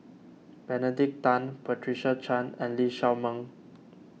Benedict Tan Patricia Chan and Lee Shao Meng